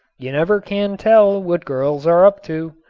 you never can tell what girls are up to.